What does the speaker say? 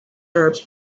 herbs